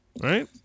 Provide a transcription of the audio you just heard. right